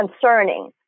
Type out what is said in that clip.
concerning